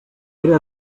era